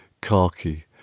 khaki